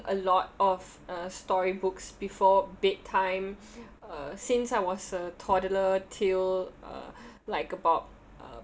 a lot of uh storybooks before bedtime uh since I was a toddler till uh like about uh